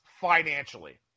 financially